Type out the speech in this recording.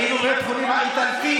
היינו בבית החולים האיטלקי.